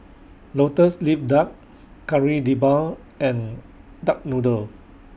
Lotus Leaf Duck Kari Debal and Duck Noodle